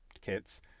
kits